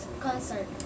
concert